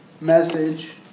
message